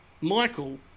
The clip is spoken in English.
Michael